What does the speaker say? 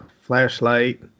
flashlight